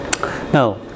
now